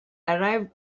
arrived